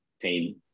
team